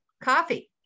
coffee